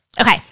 Okay